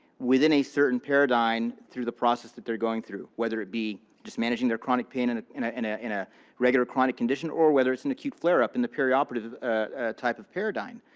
within a certain paradigm, through the process that they're going through. whether it be just managing their chronic pain and in in ah a regular chronic condition, or whether it's an acute flare-up in the perioperative type of paradigm.